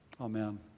Amen